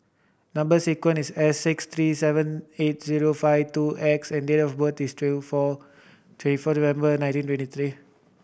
number sequence is S six three seven eight zero five two X and date of birth is two four twenty four November nineteen twenty three